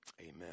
Amen